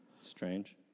Strange